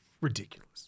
ridiculous